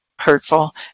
hurtful